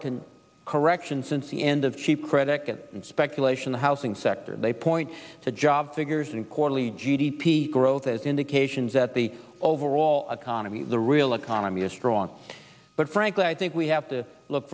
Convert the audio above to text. a can correction since the end of cheap credit get speculation the housing sector they point to job figures and quarterly g d p growth as indications that the overall economy the real economy is strong but frankly i think we have to look